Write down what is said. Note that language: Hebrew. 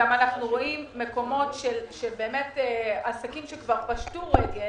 אנחנו רואים עסקים שכבר פשטו רגל